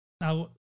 Now